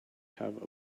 have